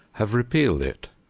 have repealed it.